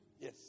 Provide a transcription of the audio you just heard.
Yes